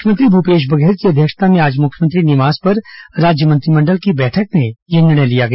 मुख्यमंत्री भूपेश बघेल की अध्यक्षता में आज मुख्यमंत्री निवास पर राज्य मंत्रिमंडल की बैठक में यह निर्णय लिया गया